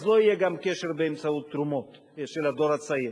אז גם לא יהיה קשר באמצעות תרומות של הדור הצעיר.